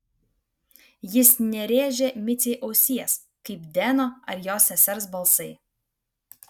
jis nerėžė micei ausies kaip deno ar jo sesers balsai